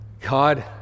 God